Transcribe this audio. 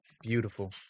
beautiful